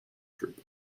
troupe